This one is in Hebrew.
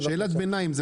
ביניים.